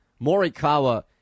Morikawa